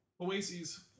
oases